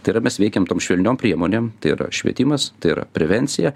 tai yra mes veikiam tom švelniom priemonėm tai yra švietimas tai yra prevencija